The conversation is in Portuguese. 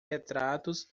retratos